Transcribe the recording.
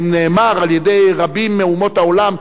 נאמר על-ידי רבים מאומות העולם,